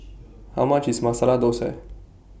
How much IS Masala Dosa